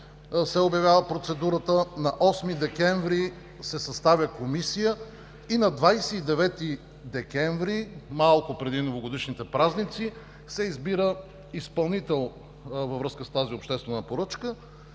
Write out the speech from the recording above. се обявява процедурата, на 8 декември се съставя Комисия и на 29 декември, малко преди новогодишните празници, се избира изпълнител, във връзка с тази обществена поръчка,